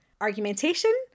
argumentation